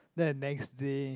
then next day